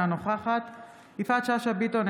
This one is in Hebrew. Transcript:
אינה נוכחת יפעת שאשא ביטון,